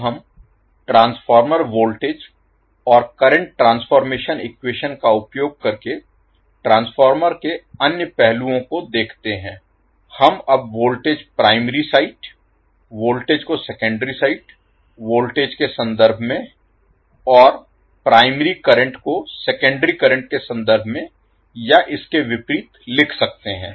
अब हम transformer voltage और करंट ट्रांसफॉर्मेशन इक्वेशन का उपयोग करके ट्रांसफार्मर के अन्य पहलुओं को देखते हैं हम अब वोल्टेज प्राइमरी साइट वोल्टेज को सेकेंडरी साइट वोल्टेज के संदर्भ में है और प्राइमरी करंट को सेकेंडरी करंट के संदर्भ में या इसके विपरीत लिख सकते हैं